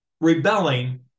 rebelling